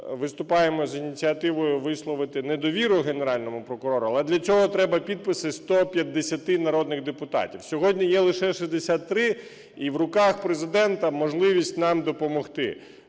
виступаємо з ініціативою висловити недовіру Генеральному прокурору. Але для цього треба підписи 150 народних депутатів, сьогодні є лише 63. І в руках Президента можливість нам допомогти